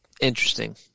interesting